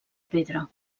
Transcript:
pedra